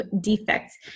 defects